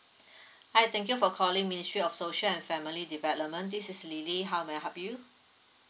hi thank you for calling ministry of social and family development this is lily how may I help you